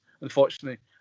Unfortunately